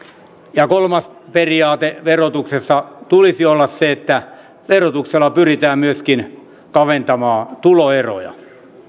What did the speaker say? ja kolmannen periaatteen verotuksessa tulisi olla se että verotuksella pyritään myöskin kaventamaan tuloeroja